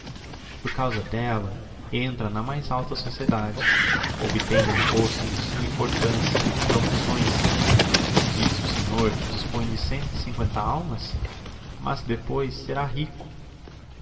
por causa d'ella entra na mais alta sociedade obtêm um posto de summa importancia promoções diz o senhor que dispõe de cento e cincoenta almas mas depois será rico